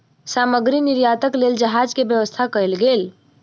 सामग्री निर्यातक लेल जहाज के व्यवस्था कयल गेल